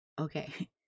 Okay